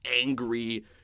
angry